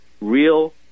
real